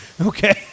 okay